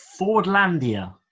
Fordlandia